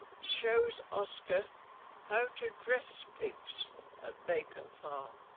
shows oscar how to dress pigs at bacon farm